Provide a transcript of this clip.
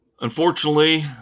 Unfortunately